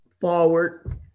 forward